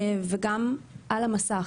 וגם על המסך.